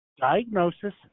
diagnosis